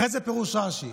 אחרי זה פירוש רש"י.